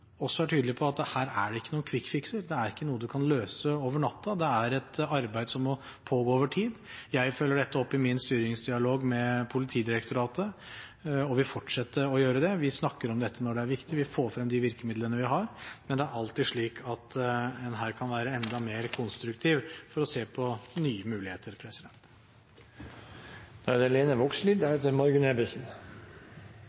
også veldig glad for at interpellanten er tydelig på at her er det ikke noe «quick fix» – det er ikke noe man kan løse over natten, det er et arbeid som må pågå over tid. Jeg følger dette opp i min styringsdialog med Politidirektoratet og vil fortsette å gjøre det. Vi snakker om dette når det er viktig, vi får frem de virkemidlene vi har, men det er alltid slik at en her kan være enda mer konstruktiv for å se på nye muligheter.